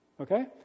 Okay